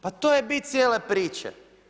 Pa to je bit cijele priče.